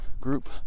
group